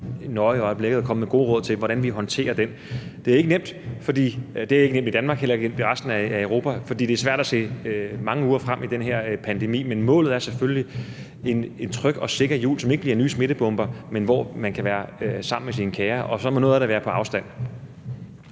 nøje i øjeblikket og vil komme med gode råd til, hvordan man håndterer det. Det er ikke nemt, hverken i Danmark eller resten af Europa, fordi det er svært at se mange uger frem i den her pandemi, men målet er selvfølgelig en tryg og sikker jul, som ikke giver nye smittebomber, men hvor man kan være sammen med sine kære, og så må noget af det være på afstand.